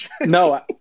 No